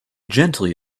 gently